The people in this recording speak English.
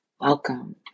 welcome